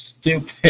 stupid